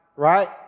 right